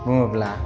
बुङोब्ला